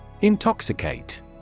Intoxicate